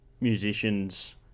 musicians